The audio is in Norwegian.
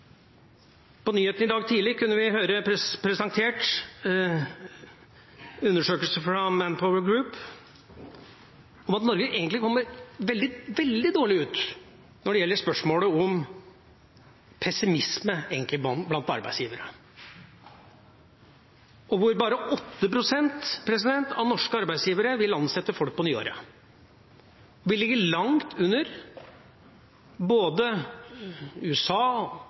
På nyhetene i dag tidlig fikk vi presentert en undersøkelse fra ManpowerGroup som viser at Norge egentlig kommer veldig dårlig ut når det gjelder spørsmålet om pessimisme blant arbeidsgivere. Bare 8 pst. av norske arbeidsgivere vil ansette folk på nyåret. Vi ligger langt under både USA og